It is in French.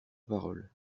parole